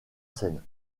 scène